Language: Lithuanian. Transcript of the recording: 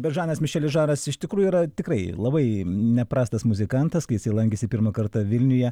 bet žanas mišelis žaras iš tikrųjų yra tikrai labai neprastas muzikantas kai lankėsi pirmą kartą vilniuje